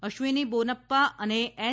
અશ્વિની પોનાપ્પા અને એન